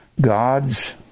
God's